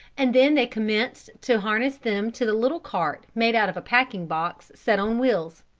and then they commenced to harness them to the little cart made out of a packing box set on wheels.